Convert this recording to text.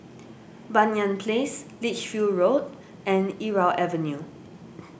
Banyan Place Lichfield Road and Irau Avenue